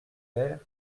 vert